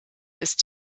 ist